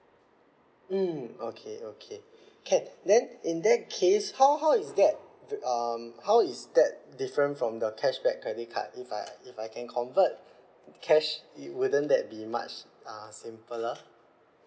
mm okay okay can then in that case how how is that um how is that different from the cashback credit card if I if I can convert cash you wouldn't that be much uh simpler